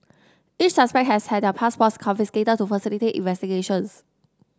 each suspect has had their passports confiscated to facilitate investigations